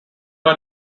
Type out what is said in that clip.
are